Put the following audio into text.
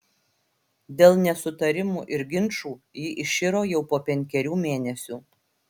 dėl nesutarimų ir ginčų ji iširo jau po penkerių mėnesių